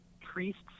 Priest's